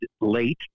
late